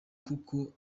kuko